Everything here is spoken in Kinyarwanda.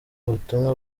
ubutumwa